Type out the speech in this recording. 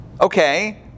Okay